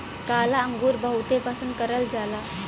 काला अंगुर बहुते पसन्द करल जाला